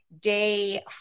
day